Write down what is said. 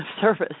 service